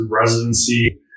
residency